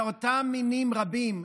אותם מינים רבים,